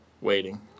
waiting